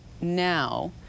now